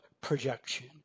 projection